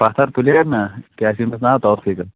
پتھر پٕلیر نا کیٛاہ چھِ أمِس ناو توفیٖقَس